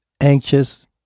anxious